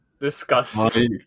Disgusting